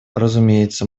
разумеется